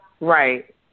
Right